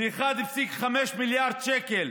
ב-1.5 מיליארד שקל.